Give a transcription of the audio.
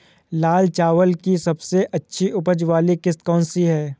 लाल चावल की सबसे अच्छी उपज वाली किश्त कौन सी है?